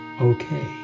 Okay